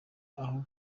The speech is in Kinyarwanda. aho